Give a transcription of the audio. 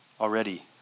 already